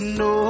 no